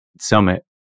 summit